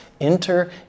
Enter